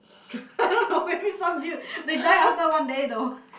they die after one day though